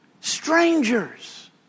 Strangers